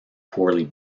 poorly